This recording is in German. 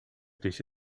dich